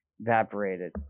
evaporated